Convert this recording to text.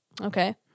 Okay